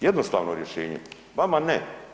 Jednostavno rješenje, vama ne.